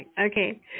Okay